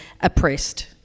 oppressed